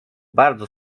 bardzo